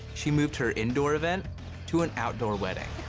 she moved her indoor event to an outdoor wedding.